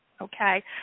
okay